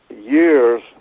years